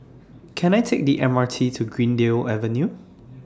Can I Take The M R T to Greendale Avenue